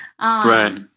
Right